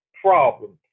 problems